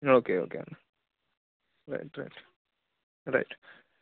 okay okay అన్న right right right